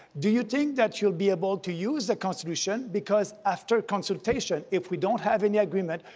do you think that you'll be able to use the constitution, because after consultation, if we don't have any agreement,